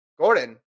Gordon